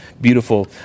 beautiful